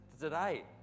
today